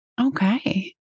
Okay